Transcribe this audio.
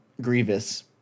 Grievous